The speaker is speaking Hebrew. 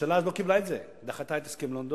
הממשלה אז לא קיבלה את זה, דחתה את הסכם לונדון